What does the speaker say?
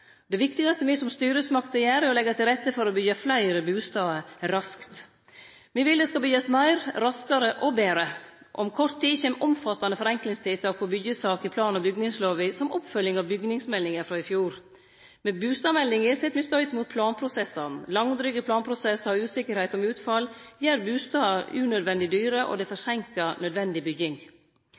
Det viktigaste me som styresmakter gjer, er å leggje til rette for å byggje fleire bustader – raskt. Me vil at det skal byggjast meir, raskare og betre. Om kort tid kjem omfattande forenklingstiltak når det gjeld byggjesaker, i plan- og bygningsloven, som oppfølging av bygningsmeldinga frå i fjor. Med bustadmeldinga set me inn støytet mot planprosessane. Langdryge planprosessar og usikkerheit om utfallet gjer bustadene unødvendig dyre, og det forseinkar nødvendig bygging.